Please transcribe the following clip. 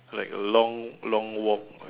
like long long walk